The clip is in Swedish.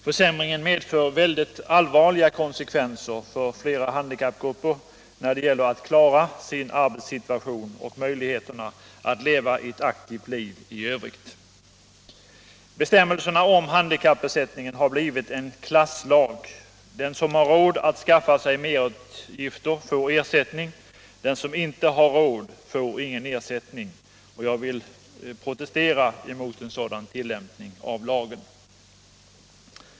Försämringen medför väldigt allvarliga konsekvenser för flera handikappgrupper när det gäller att klara arbetssituationen och möjligheterna att leva ett aktivt liv i övrigt. Bestämmelserna om handikappersättningen har blivit en ”klasslag”. Den som har råd att skaffa sig merutgifter får ersättning, men den som inte har råd får ingen ersättning. Jag vill protestera mot en sådan tilllämpning av lagen.